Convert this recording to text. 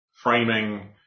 framing